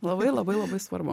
labai labai labai svarbu